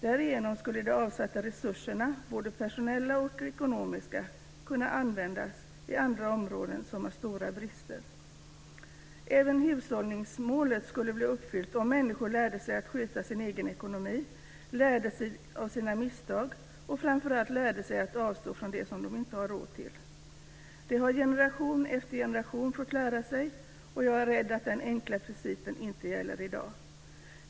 Därigenom skulle de avsatta resurserna, både personella och ekonomiska, kunna användas på andra områden som har stora brister. Även hushållningsmålet skulle bli uppfyllt om människor lärde sig att sköta sin egen ekonomi, lärde sig av sina misstag och framför allt lärde sig att avstå från det som de inte har råd till. Det har generation efter generation fått lära sig, och jag är rädd att den enkla principen inte gäller i dag.